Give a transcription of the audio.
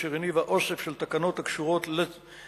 אשר הניבה אוסף של תקנות הקשורות לציוד